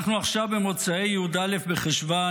אנחנו עכשיו במוצאי י"א בחשוון,